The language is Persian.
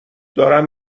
دارم